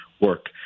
work